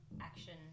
action